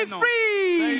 free